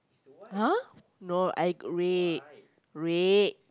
!huh! no I red red